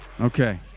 Okay